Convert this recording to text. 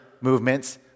movements